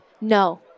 No